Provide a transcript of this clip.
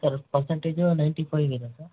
sir percentage ninety five ಇದೆ sir